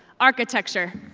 architecture.